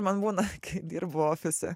man būna kai dirbu ofise